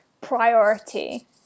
priority